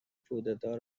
کودتا